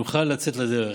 שנוכל לצאת לדרך.